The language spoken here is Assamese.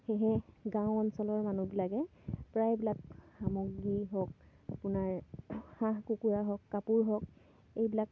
সেয়েহে গাঁও অঞ্চলৰ মানুহবিলাকে প্ৰায়বিলাক সামগ্ৰী হওক আপোনাৰ হাঁহ কুকুৰা হওক কাপোৰ হওক এইবিলাক